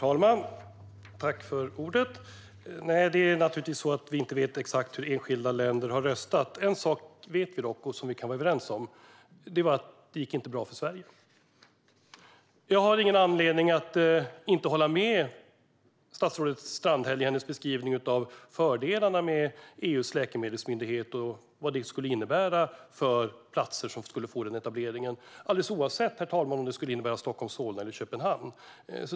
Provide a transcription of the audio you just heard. Herr talman! Nej, vi vet naturligtvis inte hur enskilda länder har röstat. En sak vet vi dock som vi kan vara överens om: Det gick inte bra för Sverige. Jag har ingen anledning att inte hålla med statsrådet Strandhäll i hennes beskrivning av fördelarna med EU:s läkemedelsmyndighet och vad det skulle innebära för platser som får den etableringen - alldeles oavsett, herr talman, om det skulle bli Stockholm-Solna eller Köpenhamn.